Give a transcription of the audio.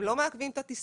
הם לא מעכבים את הטיסה,